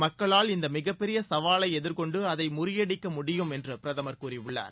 மக்களால் இந்த மிகப் பெரிய சவாலை எதிர்கொண்டு அதை முறியடிக்க முடியும் என்றும் பிரதமர் கூறியுள்ளார்